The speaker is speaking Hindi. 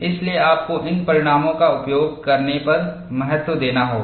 इसलिए आपको इन परिणामों का उपयोग करने पर महत्व देना होगा